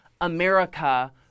America